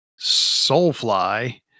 Soulfly